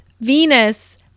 Venus